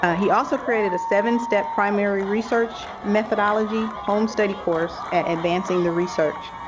ah he also created a seven step primary research methodology home study course at advancing the research.